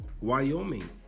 Wyoming